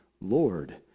Lord